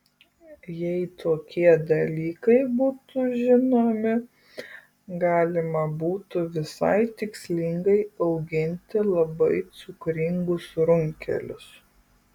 jei tokie dalykai būtų žinomi galima būtų visai tikslingai auginti labai cukringus runkelius